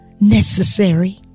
necessary